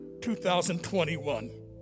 2021